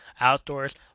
Outdoors